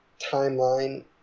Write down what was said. timeline